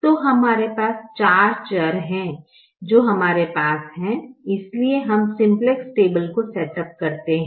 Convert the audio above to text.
तो हमारे पास 4 चर हैं जो हमारे पास हैं इसलिए हम सिम्प्लेक्स टेबल को सेटअप करते हैं